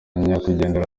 nyakwigendera